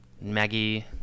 Maggie